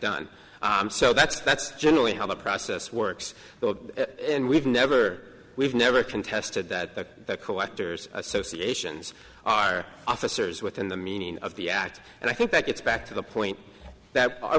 done so that's that's generally how the process works and we've never we've never contested that collectors associations are officers within the meaning of the act and i think that gets back to the point that our